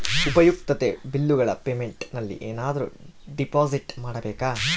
ಉಪಯುಕ್ತತೆ ಬಿಲ್ಲುಗಳ ಪೇಮೆಂಟ್ ನಲ್ಲಿ ಏನಾದರೂ ಡಿಪಾಸಿಟ್ ಮಾಡಬೇಕಾ?